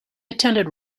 attended